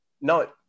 No